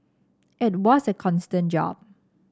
it was a constant job